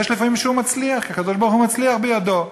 יש לפעמים שהוא מצליח כי הקדוש-ברוך-הוא מצליח בידו,